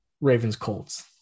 Ravens-Colts